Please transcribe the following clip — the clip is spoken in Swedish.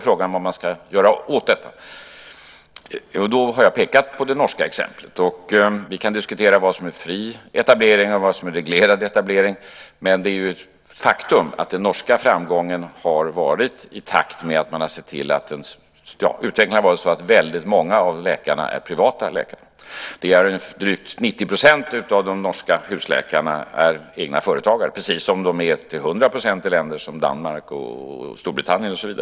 Frågan är då vad man ska göra åt det här. Jag har pekat på det norska exemplet. Vi kan diskutera vad som är fri etablering och vad som är reglerad etablering, men det är ett faktum att den norska framgången har varit i takt med att utvecklingen gått emot att väldigt många av läkarna blivit privata läkare. Drygt 90 % av de norska husläkarna är egna företagare. I länder som Danmark och Storbritannien och så vidare är husläkarna dessutom till 100 % privata.